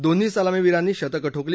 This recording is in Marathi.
दोन्ही सलामीवीरांनी शतक ठोकली